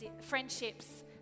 friendships